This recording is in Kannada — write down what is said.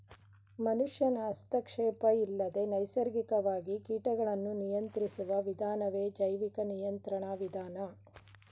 ಮನುಷ್ಯನ ಹಸ್ತಕ್ಷೇಪ ಇಲ್ಲದೆ ನೈಸರ್ಗಿಕವಾಗಿ ಕೀಟಗಳನ್ನು ನಿಯಂತ್ರಿಸುವ ವಿಧಾನವೇ ಜೈವಿಕ ನಿಯಂತ್ರಣ ವಿಧಾನ